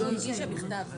היא הגישה בכתב.